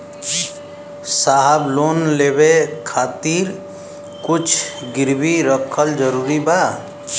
साहब लोन लेवे खातिर कुछ गिरवी रखल जरूरी बा?